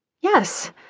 Yes